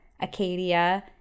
Acadia